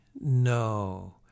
No